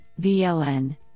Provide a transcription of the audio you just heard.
VLN